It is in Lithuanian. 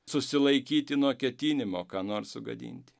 susilaikyti nuo ketinimo ką nors sugadinti